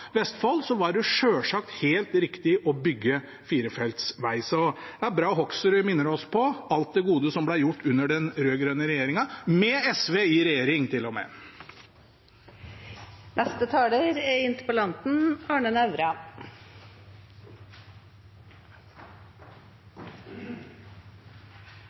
var det selvsagt helt riktig å bygge firefeltsveg. Så det er bra Hoksrud minner oss på alt det gode som ble gjort under den rød-grønne regjeringen – med SV i regjering,